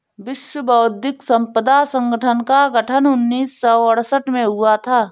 विश्व बौद्धिक संपदा संगठन का गठन उन्नीस सौ सड़सठ में हुआ था